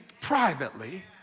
privately